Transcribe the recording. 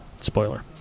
Spoiler